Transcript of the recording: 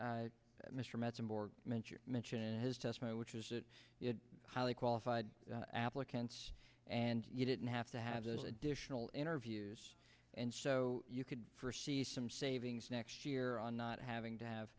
you mentioned his test which is that it highly qualified applicants and you didn't have to have those additional interviews and so you could see some savings next year on not having to have